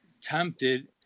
tempted